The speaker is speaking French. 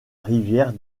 rivière